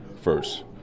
first